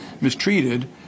mistreated